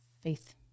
faith